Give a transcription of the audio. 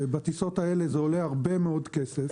ובטיסות האלה זה עולה הרבה מאוד כסף,